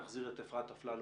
להחזיר את אפרת אפללו,